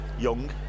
Young